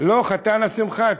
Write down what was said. לא, חתן השמחה.